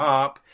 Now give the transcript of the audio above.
up